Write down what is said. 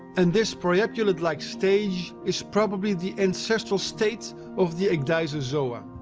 and this priapulid-like stage is probably the ancestral state of the ecdysozoa.